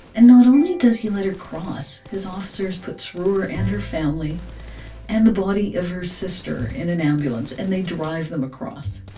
and not only does he let her cross, his officers put through sroor and her family and the body of her sister in an ambulance, and they drive them across